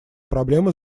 проблема